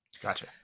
Gotcha